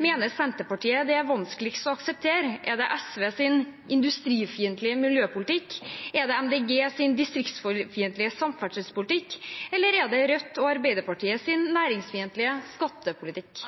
mener Senterpartiet det er vanskeligst å akseptere – er det SVs industrifiendtlige miljøpolitikk, er det Miljøpartiet De Grønnes distriktsfiendtlige samferdselspolitikk, eller er det Rødt og Arbeiderpartiets næringsfiendtlige skattepolitikk?